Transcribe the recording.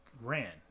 ran